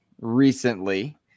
recently